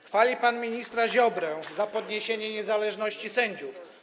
Chwali pan ministra Ziobrę za podniesienie poziomu niezależności sędziów.